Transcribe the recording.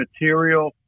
material